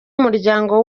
umuryango